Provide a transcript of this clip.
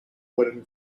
wooden